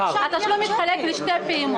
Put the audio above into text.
התשלום התחלק לשתי פעימות.